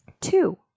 Two